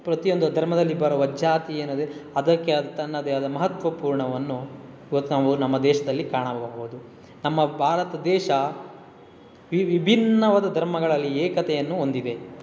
ಪ್ರತಿಯೊಂದು ಧರ್ಮದಲ್ಲಿ ಬರುವ ಜಾತಿ ಏನು ಅಂದರೆ ಅದಕ್ಕೆ ಆದ ತನ್ನದೇ ಆದ ಮಹತ್ವ ಪೂರ್ಣವನ್ನು ಇವತ್ತು ನಾವು ನಮ್ಮ ದೇಶದಲ್ಲಿ ಕಾಣಬಹುದು ನಮ್ಮ ಭಾರತ ದೇಶ ವಿಭಿನ್ನವಾದ ಧರ್ಮಗಳಲ್ಲಿ ಏಕತೆಯನ್ನು ಹೊಂದಿದೆ